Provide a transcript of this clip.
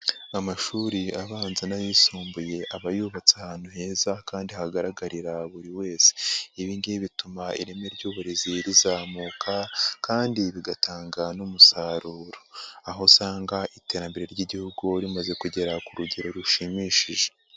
Amashuri abanza n'ayisumbuye aba yubatse ahantu heza kandi hagaragarira buri wese, ibi ngibi bituma ireme ry'uburezi rizamuka kandi bigatanga n'umusaruro, aho usanga iterambere ry'Igihugu rimaze kugera ku rugero rushimishije.